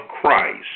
Christ